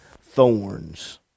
thorns